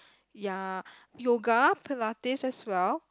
ya yoga pilates as well